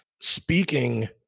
Speaking